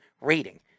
rating